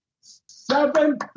Seven